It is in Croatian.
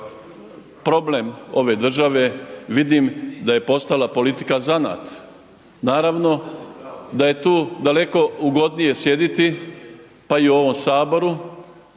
problem ove države, vidim da je postala politika zanat. Naravno da je tu daleko ugodnije sjediti pa i u ovom Saboru